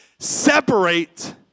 Separate